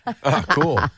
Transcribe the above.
Cool